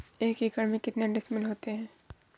एक एकड़ में कितने डिसमिल होता है?